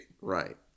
Right